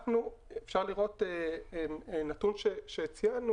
אפשר לראות נתון שציינו,